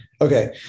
Okay